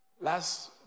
Last